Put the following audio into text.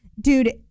Dude